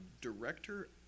director